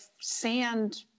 sand